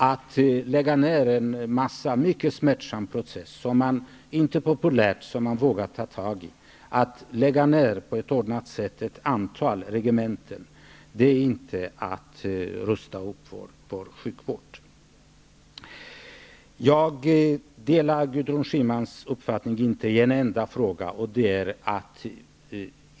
Att genom en mycket smärtsam och ingalunda populär process våga ta tag i en nedläggning av ett antal regementen är inte att rusta upp vår sjukvård. Jag delar inte i en enda fråga Gudrun Schymans uppfattning.